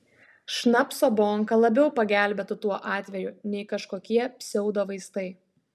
šnapso bonka labiau pagelbėtų tuo atveju nei kažkokie pseudovaistai